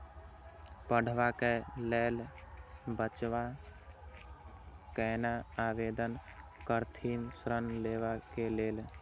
पढ़वा कै लैल बच्चा कैना आवेदन करथिन ऋण लेवा के लेल?